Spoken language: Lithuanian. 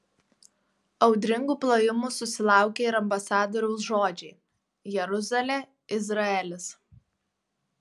audringų plojimų susilaukė ir ambasadoriaus žodžiai jeruzalė izraelis